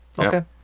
Okay